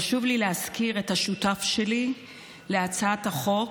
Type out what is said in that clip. חשוב לי להזכיר את השותף שלי להצעת החוק,